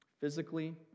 physically